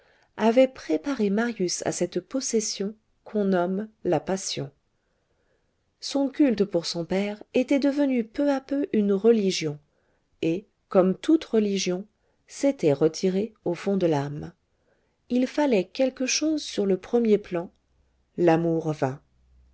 avaient préparé marius à cette possession qu'on nomme la passion son culte pour son père était devenu peu à peu une religion et comme toute religion s'était retiré au fond de l'âme il fallait quelque chose sur le premier plan l'amour